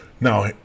now